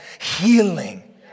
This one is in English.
healing